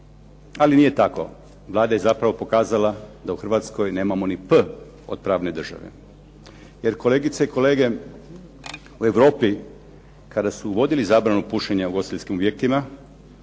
Ali nije tako, Vlada je zapravo pokazala da u Hrvatskoj nemamo ni P od pravne države. Jer, kolegice i kolege, u Europi kada su uvodili zabranu pušenja u ugostiteljskim objektima